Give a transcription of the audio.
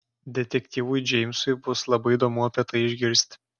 detektyvui džeimsui bus labai įdomu apie tai išgirsti